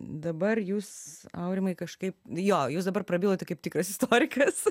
dabar jūs aurimai kažkaip jo jūs dabar prabilote kaip tikras istorikas